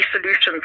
solutions